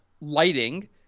lighting